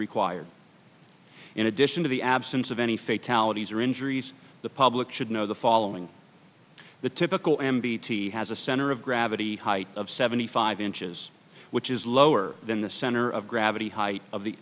required in addition to the absence of any fatalities or injuries the public should know the following the typical m b t has a center of gravity height of seventy five inches which is lower than the center of gravity height of the